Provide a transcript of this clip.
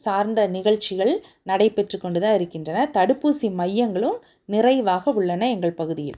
சார்ந்த நிகழ்ச்சிகள் நடைபெற்று கொண்டு தான் இருக்கின்றன தடுப்பூசி மையங்களும் நிறைவாக உள்ளன எங்கள் பகுதியில்